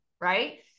Right